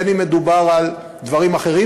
בין שמדובר על דברים אחרים,